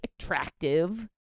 attractive